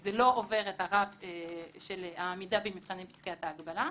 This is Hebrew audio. שזה לא עובר את הרף של עמידה במבחני פסקת ההגבלה,